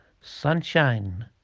Sunshine